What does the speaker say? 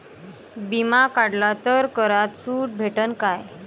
बिमा काढला तर करात सूट भेटन काय?